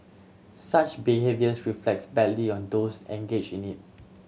such behaviours reflects badly on those engage in it